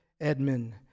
Edmund